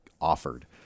offered